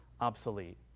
obsolete